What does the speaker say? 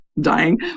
dying